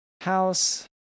house